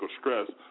stress